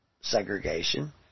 Segregation